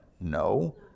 No